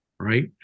right